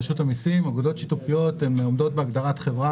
אגודות שיתופיות הם עומדות בהגדרת חברה